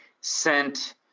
sent